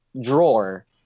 drawer